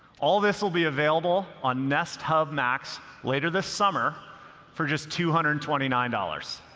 all this will be available on nest hub max later this summer for just two hundred and twenty nine dollars.